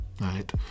right